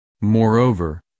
Moreover